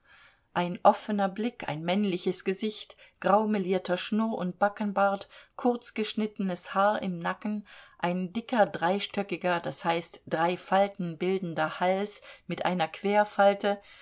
ein offener blick ein männliches gesicht graumelierter schnurr und backenbart kurz geschnittenes haar im nacken ein dicker dreistöckiger d h drei falten bildender hals mit einer